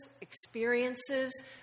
experiences